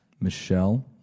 Michelle